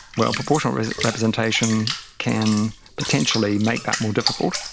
proportional representation can potentially make that more difficult,